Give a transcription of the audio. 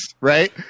Right